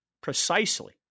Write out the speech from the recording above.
precisely